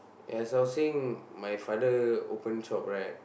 as I was saying my father open shop right